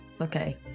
Okay